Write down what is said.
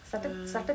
ya